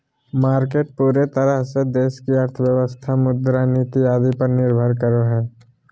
market पूरे तरह से देश की अर्थव्यवस्था मुद्रा के नीति आदि पर निर्भर करो हइ